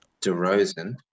DeRozan